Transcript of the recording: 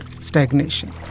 stagnation